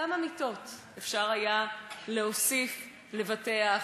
כמה מיטות אפשר היה להוסיף לבתי-החולים?